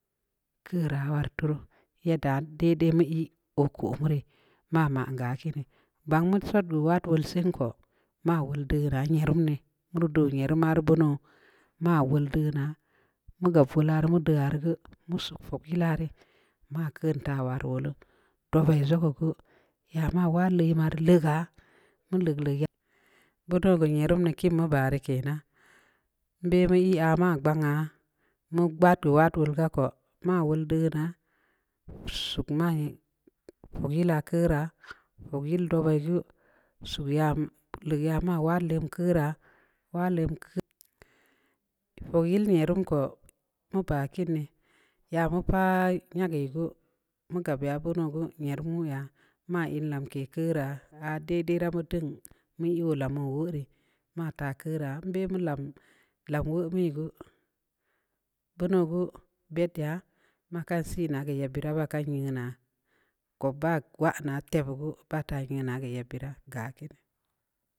Keuraa woru tu ruu, yadda dai-dai mu ii oo koo mu rii, ma maan geu aah kiini, bang mu sod keu wad wol sen ko, ma wol deuna yerum dii, mu deu yerum harr beunou, maa wol deunaa, mu gab wola rii mu deu aah rii gu, mu sug fogyla rii, maa keud taa wa rii wolu, dobai zogo gu, ya mau wad lema rii leugaa, mu leug-leug mu dou keu yereum di iinin kenna, nbe mu ii ah man gbanha. mu gbaad geu wad wol ga ko, maa wol deuna, sug maa foylaa keuraa, fogyill dobai geu sug ya ma leug ya ma wad wol keurraa, wad lem keud, fogyil yerum ko, mu baa kiin dii, ya mu paa nyageui geu beuno geu yerum nwuu yaa, maa in lamke keurra, aah daia-dai da mu deung aah mu yi lam oo woo rii, maa taam keuraa, mu be mu lam, lqam woo mui geu, beuno gu, bed yaa, ma kan sii naa, keu yeb beura ba kan nyeu naa, kob ban wa naa tebeu geu, baa taa nyeu naa keu yeb brageu aah kiinii.